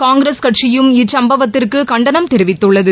காங்கிரஸ் கட்சியும் இச்சம்பவத்திற்கு கண்டனம் தெரிவித்துள்ளது